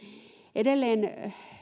edelleen